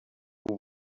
who